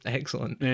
Excellent